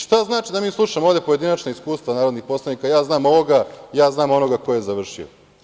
Šta znači da mi slušamo ovde pojedinačna iskustva narodnih poslanika, ja znam ovog, ja znam onoga ko je završio?